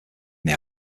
they